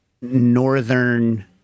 northern